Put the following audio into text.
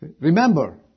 Remember